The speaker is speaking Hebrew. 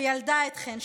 שילדה אתכן,